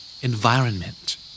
Environment